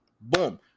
Boom